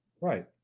Right